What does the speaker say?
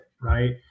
right